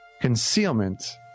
concealment